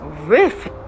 Riff